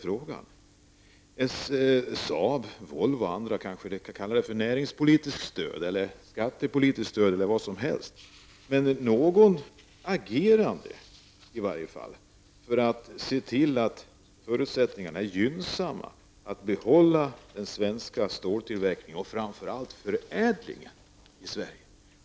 Kan regeringen medverka? Man har kunnat hjälpa Saab, Volvo och andra. Kalla det för näringspolitiskt stöd, skattepolitiskt stöd eller vad som helst, men regeringen måste i varje fall agera för att skapa gynnsamma förutsättningar att behålla en ståltillverkning i Sverige och framför allt en förädling.